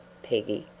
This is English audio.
peggy.